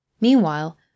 Meanwhile